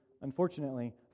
unfortunately